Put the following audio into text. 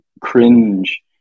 cringe